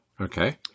Okay